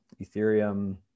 Ethereum